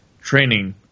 training